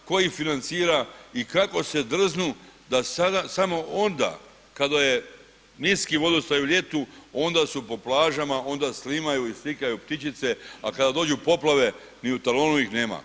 Tko ih financira i kako se drznu da samo onda kada je niski vodostaj u ljetu, onda su po plažama, onda snimaju i slikaju ptičice a kada dođu poplave ni u talonu ih nema.